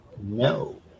No